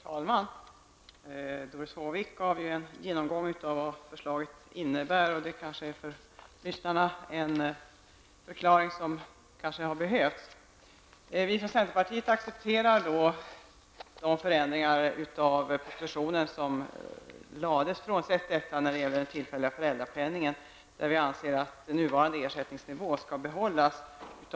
Herr talman! Doris Håvik gjorde en genomgång av vad det framlagda förslaget innebär, en genomgång som nog behövdes för lyssnarna. Vi i centerpartiet accepterar de förändringar som föreslagits frånsett förslaget om den tillfälliga föräldrapenningen, där vi anser att nuvarande ersättningsnivå skall behållas.